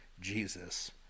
Jesus